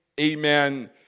amen